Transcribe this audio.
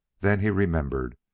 then he remembered,